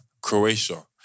Croatia